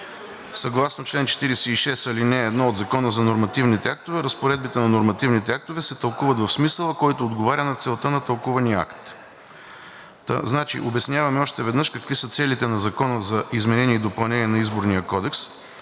Съгласно чл. 46, ал. 1 от Закона за нормативните актове разпоредбите на нормативните актове се тълкуват в смисъла, който отговаря на целта на тълкувания акт. Значи, обясняваме още веднъж какви са целите на Закона за изменение и допълнение на Изборния кодекс,